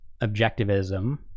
objectivism